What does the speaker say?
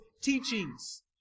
teachings